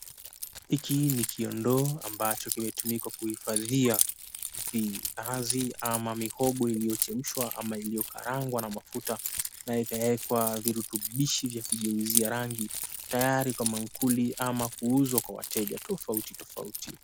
Hiki ni kiondoo ambacho kimetumika kuhifadhia viazi ama mihogo iliyochemshwa ama iliyokarangwa na mafuta na ikawekwa virutubishi vya kigeuzia rangi tayari kwa maankuli ama kuuzwa kwa wateja tofauti tofauti.